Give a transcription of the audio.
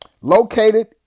located